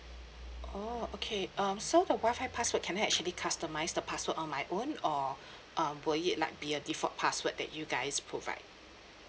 orh okay um so the WI-FI password can I actually customise the password on my own or um will it like be a default password that you guys provide